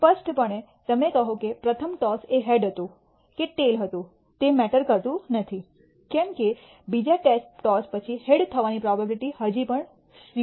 સ્પષ્ટપણે તમે કહો છો કે પ્રથમ ટોસ એ હેડ હતું કે ટેઈલ હતું તે મેટર કરતુ નથી કેમ કે બીજી ટોસ પછી હેડ થવાની પ્રોબેબીલીટી હજી પણ 0